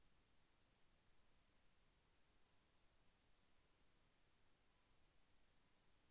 పత్తి పంటను కోయటానికి ఎటువంటి సాధనలు ఉపయోగిస్తారు?